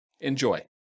Enjoy